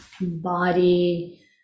body